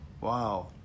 Wow